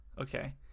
okay